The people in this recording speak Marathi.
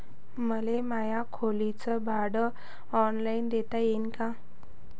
मले माया खोलीच भाड ऑनलाईन देता येईन का?